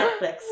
Netflix